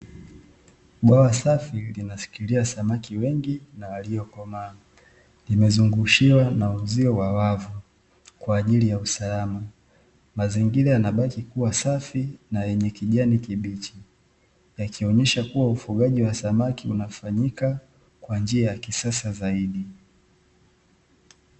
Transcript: Bwawa safi linashilika samaki wengi na waliokomaa, limezungushiwa na uzio wa wavu kwa ajili ya usalama, mazingira yanabaki kuwa safi na yenye kijani kibichi yakionyesha kua ufugaji wa samaki unafanyika kwa njia ya kisasa zaidi.